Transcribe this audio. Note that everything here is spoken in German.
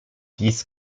dies